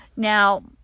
Now